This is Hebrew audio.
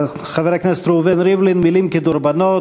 חבר הכנסת ראובן ריבלין, מילים כדרבונות.